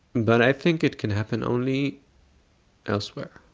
but i think it can happen only elsewhere.